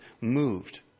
moved